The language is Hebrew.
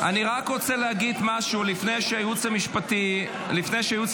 אני רק רוצה להגיד משהו לפני שהייעוץ המשפטי יעדכן.